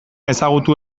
ezagutu